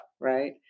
Right